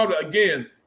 Again